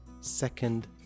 second